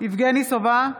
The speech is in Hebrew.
יבגני סובה,